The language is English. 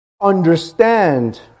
understand